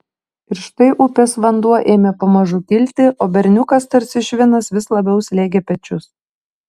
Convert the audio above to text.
ir štai upės vanduo ėmė pamažu kilti o berniukas tarsi švinas vis labiau slėgė pečius